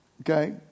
okay